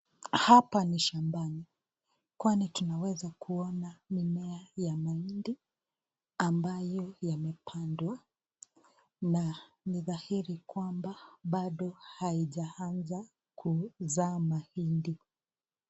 Hapa ni shambani kwani tunaweza kuona mimea ya mahindi ambayo yamepandwa, na ni dhahiri kuwa bado haijaanza kuzaa mahindi.